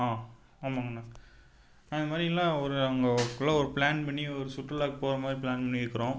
ஆ ஆமாங்கண்ணா அந்தமாதிரி இல்லை ஒரு எங்களுக்குள்ள ஒரு ப்ளான் பண்ணி ஒரு சுற்றலாவுக்கு போகிற மாதிரி ப்ளான் பண்ணியிருக்குறோம்